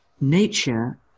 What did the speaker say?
nature